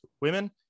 women